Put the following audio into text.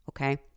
okay